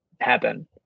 happen